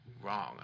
wrong